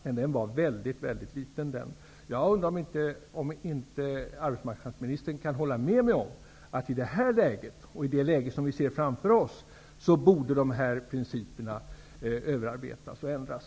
Men det var en väldigt liten ändring. Jag undrar om inte arbetsmarknadsministern kan hålla med mig om att principerna i det här läget och med tanke på det läge som vi ser framför oss borde ses över och ändras.